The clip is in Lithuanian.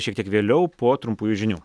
šiek tiek vėliau po trumpųjų žinių